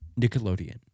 Nickelodeon